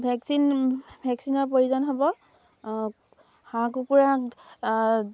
vaccine ভেকচিনৰ প্ৰয়োজন হ'ব হাঁহ কুকুৰা